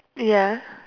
ya